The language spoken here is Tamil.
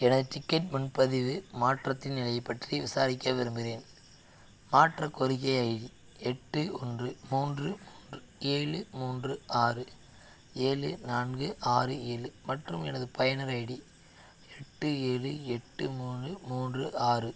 எனது டிக்கெட் முன்பதிவு மாற்றத்தின் நிலையைப் பற்றி விசாரிக்க விரும்புகிறேன் மாற்ற கோரிக்கை ஐடி எட்டு ஒன்று மூன்று ஏழு மூன்று ஆறு ஏழு நான்கு ஆறு ஏழு மற்றும் எனது பயனர் ஐடி எட்டு ஏழு எட்டு மூன்று மூன்று ஆறு